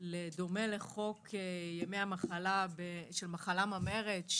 בדומה לחוק ימי המחלה של מחלה ממארת.